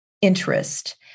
interest